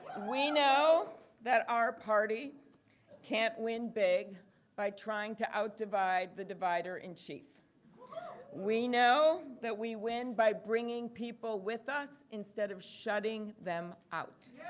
we know that our party can't win big by trying to out divide the divider in chief we know that we win by bringing people with us instead of shutting people out.